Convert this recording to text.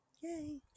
yay